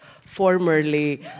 formerly